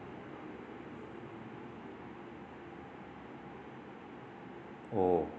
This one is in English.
oh